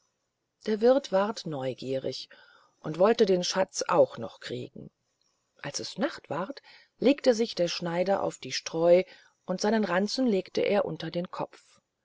der wirth ward neugierig und hoffte den schatz auch noch zu kriegen als es nacht ward legte sich der schneider auf die streu und seinen ranzen legte er unter den kopf